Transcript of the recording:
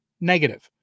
negative